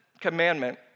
commandment